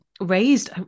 raised